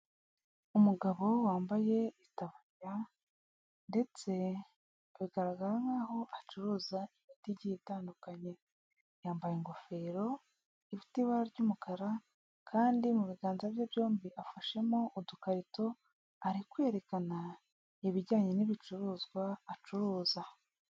Umugabo wambaye itaburiya ndetse bigaragara nk'aho acuruza imiti igiye itandukanye, yambaye ingofero ifite ibara ry'umukara kandi mu biganza bye byombi afashemo udukarito ari kwerekana ibijyanye n'ibicuruzwa acuruza.